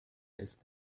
ist